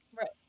Right